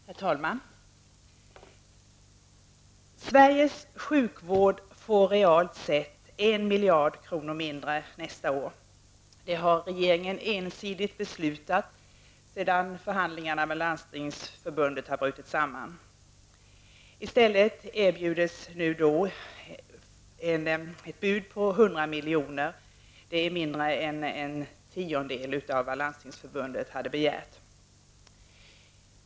Herr talman! Sjukvården i Sverige får realt sett 1 miljard kronor mindre nästa år. Regeringen har ensidigt beslutat om det sedan förhandlingarna med Landstingsförbundet brutit samman. I stället läggs nu ett bud om 100 milj.kr., vilket är mindre än en tiondel av vad Landstingsförbundet har begärt.